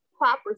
proper